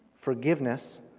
forgiveness